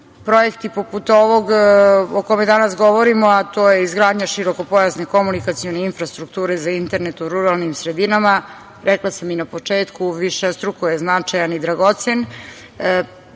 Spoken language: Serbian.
projekti poput ovog o kome danas govorimo, a to je izgradnja širokopojasne komunikacione infrastrukture za internet u ruralnim sredinama, rekla sam i na početku, višestruko je značajan i dragocen. Iz